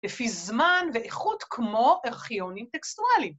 לפי זמן ואיכות כמו ארכיונים טקסטואליים.